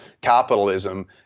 capitalism